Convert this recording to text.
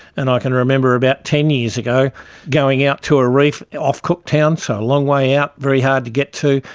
and i can remember about ten years ago going out to a reef off cooktown, so a long way out, very hard to get to,